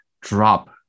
drop